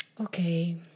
okay